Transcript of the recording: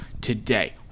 today